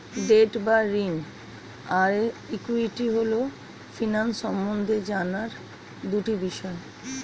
date বা ঋণ আর ইক্যুইটি হল ফিন্যান্স সম্বন্ধে জানার দুটি বিষয়